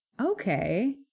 Okay